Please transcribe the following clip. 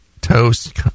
toast